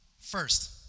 First